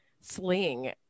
sling